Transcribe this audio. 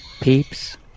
Peeps